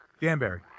Danbury